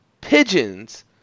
pigeons